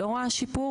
אני לא רואה שיפור.